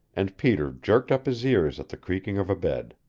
and peter jerked up his ears at the creaking of a bed.